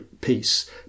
peace